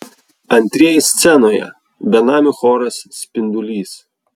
antrieji scenoje benamių choras spindulys